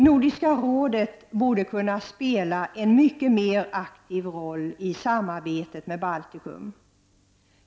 Nordiska rådet borde kunna spela en mycket mer aktiv roll i samarbetet med Baltikum.